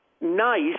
nice